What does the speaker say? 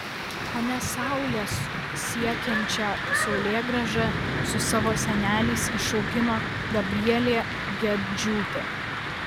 kone saulę siekiančią saulėgrąžą su savo seneliais išaugino gabrielė gedžiūtė